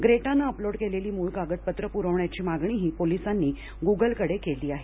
ग्रेटानं upload केलेली मूळ कागदपत्रं पुरवण्याची मागणीही पोलिसांनी गुगलकडं केली आहे